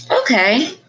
Okay